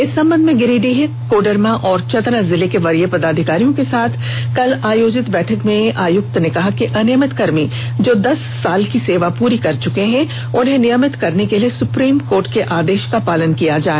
इस संबंध में गिरिडीह कोडरमा और चतरा जिले के वरीय पदाधिकारियों के साथ कल आयोजित बैठक में आयुक्त ने कहा कि अनियमित कर्मी जो दस साल की सेवा पूरी कर चुके हैं उन्हें नियमित करने के लिए सुप्रीम कोर्ट के आदेश का पालन किया जाए